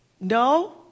no